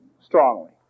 strongly